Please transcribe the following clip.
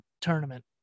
tournament